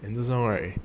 这双 right